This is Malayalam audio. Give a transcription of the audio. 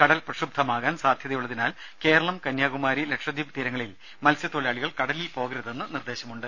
കടൽ ക്രക്ഷുബ്ധമാക്കാൻ സാധ്യതയുള്ളതിനാൽ കേരളം കന്യാകുമാരി ലക്ഷദ്വീപ് തീരങ്ങളിൽ മത്സ്യത്തൊഴിലാളികൾ കടലിൽ പോകരുതെന്ന് നിർദേശമുണ്ട്